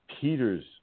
Peters